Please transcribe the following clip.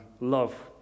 Love